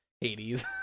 Hades